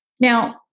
Now